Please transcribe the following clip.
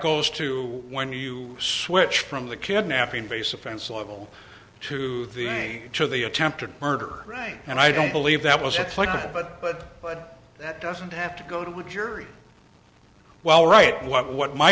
goes to when you switch from the kidnapping base offense level to the to the attempted murder right and i don't believe that was it's like that but but but that doesn't have to go to jury well right what what my